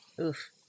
Oof